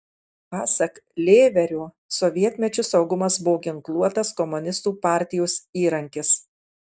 pasak lėverio sovietmečiu saugumas buvo ginkluotas komunistų partijos įrankis